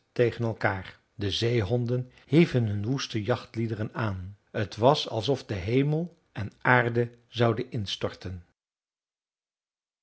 tegen elkaar de zeehonden hieven hun woeste jachtliederen aan t was alsof hemel en aarde zouden ineenstorten